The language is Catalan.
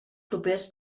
propers